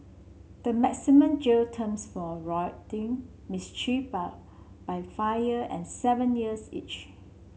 the maximum jail terms for rioting mischief by by fire and seven years each